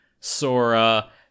Sora